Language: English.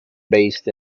based